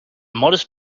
modest